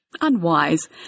unwise